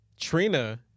Trina